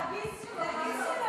זה הגיס שלו.